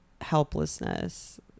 helplessness